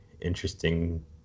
interesting